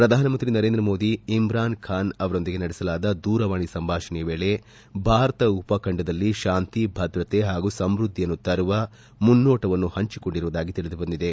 ಪ್ರಧಾನಮಂತ್ರಿ ನರೇಂದ್ರ ಮೋದಿ ಇಮ್ರಾನ್ ಖಾನ್ ಅವರೊಂದಿಗೆ ನಡೆಸಲಾದ ದೂರವಾಣಿ ಸಂಭಾಷಣೆಯ ವೇಳೆ ಭಾರತ ಉಪಖಂಡದಲ್ಲಿ ಶಾಂತಿ ಭದ್ರತೆ ಹಾಗೂ ಸಮೃದ್ಧಿಯನ್ನು ತರುವ ಮುನ್ನೋಟವನ್ನು ಹಂಚಿಕೊಂಡಿರುವುದಾಗಿ ತಿಳಿದುಬಂದಿದೆ